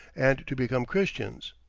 and to become christians.